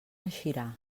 eixirà